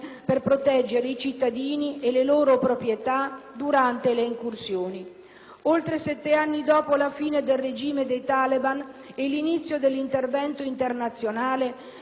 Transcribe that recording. Oltre sette anni dopo la fine del regime dei talebani e l'inizio dell'intervento internazionale, le notizie che giungono da quel Paese non lasciano molto spazio all'ottimismo.